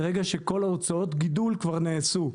ברגע שכל הוצאות הגידול כבר נעשו,